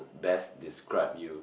best describe you